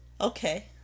Okay